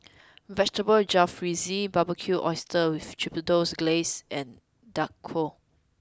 Vegetable Jalfrezi Barbecued Oysters with Chipotle Glaze and Dhokla